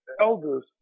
elders